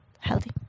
healthy